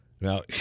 Now